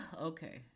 okay